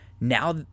Now